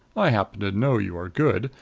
i happen to know you are good.